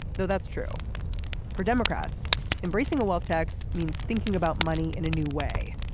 no that's true for democrats embracing a wealth tax means thinking about money in a new way.